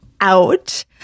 out